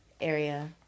area